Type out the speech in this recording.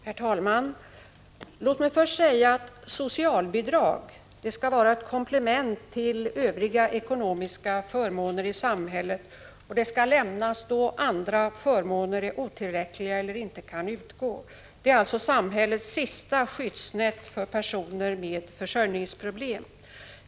Herr talman! Låt mig först säga att socialbidrag skall vara ett komplement till övriga ekonomiska förmåner i samhället och skall lämnas då andra förmåner är otillräckliga eller inte kan utgå. Det är alltså samhällets sista skyddsnät för personer med försörjningsproblem.